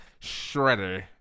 Shredder